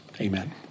Amen